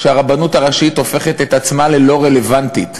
שהרבנות הראשית הופכת את עצמה ללא רלוונטית.